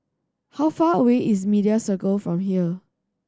how far away is Media Circle from here